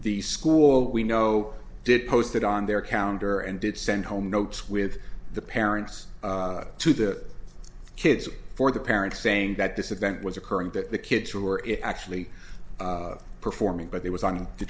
the school we know did post it on their counter and did send home notes with the parents to the kids for the parents saying that this event was occurring that the kids were it actually performing but there was on the